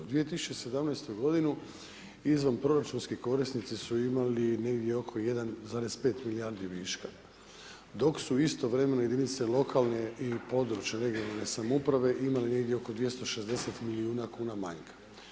U 2017. godinu izvanproračunski korisnici su imali negdje oko 1,5 milijardi viška dok su istovremeno jedinice lokalne i područne regionalne samouprave imale negdje oko 260 milijuna kuna manjka.